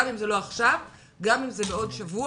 גם אם זה לא עכשיו וגם אם זה בעוד שבוע,